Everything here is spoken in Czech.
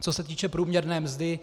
Co se týče průměrné mzdy.